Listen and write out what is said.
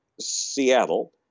Seattle